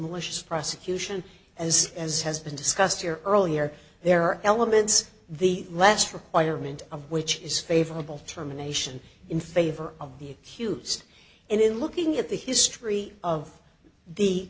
malicious prosecution as as has been discussed here earlier there are elements the last requirement of which is favorable terminations in favor of the accused and in looking at the history of the